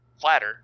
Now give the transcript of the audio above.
flatter